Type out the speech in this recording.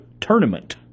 tournament